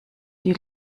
die